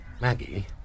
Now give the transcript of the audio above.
Maggie